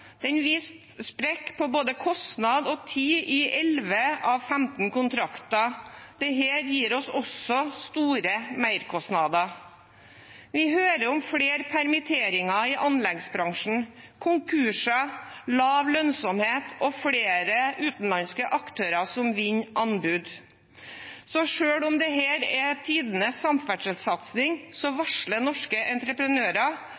Den viste sprekk på både kostnad og tid i 11 av 15 kontrakter. Dette gir oss også store merkostnader. Vi hører om flere permitteringer i anleggsbransjen, konkurser, lav lønnsomhet og flere utenlandske aktører som vinner anbud. Så selv om dette er tidenes samferdselssatsing, varsler norske entreprenører at det